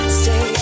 stay